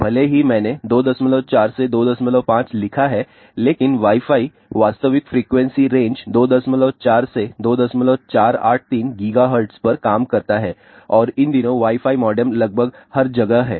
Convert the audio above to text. भले ही मैंने 24 से 25 लिखा है लेकिन वाई फाई वास्तविक फ्रीक्वेंसी रेंज 24 से 2483 GHz पर काम करता है और इन दिनों वाई फाई मॉडेम लगभग हर जगह हैं